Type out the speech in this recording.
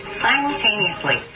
simultaneously